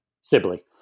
Sibley